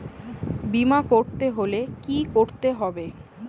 বিমা করতে হলে কি করতে হবে?